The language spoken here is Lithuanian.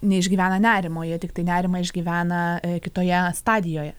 neišgyvena nerimo jie tiktai nerimą išgyvena kitoje stadijoje